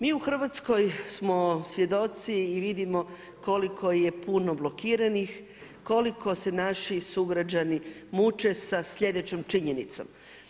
Mi u Hrvatskoj smo svjedoci i vidimo koliko je puno blokiranih, koliko se naši sugrađani muče sa sljedećom činjenicom.